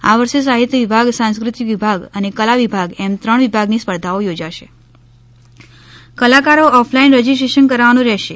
આ વર્ષે સાહિત્યવિભાગ સાંસ્ક્રુતિકવિભાગ અને કલા વિભાગ એમ ત્રણ વિભાગની સ્પર્ધાઓ યોજાશે કલાકારોએ ઓફલાઇન રજીસ્ટ્રેશન કરવાનુ રહેશે